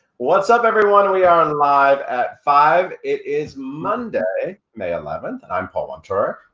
what's up everyone? we are and live at five. it is monday, may eleventh, and i'm paul wontorek.